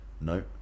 no